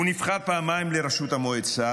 הוא נבחר פעמיים לראשות המועצה.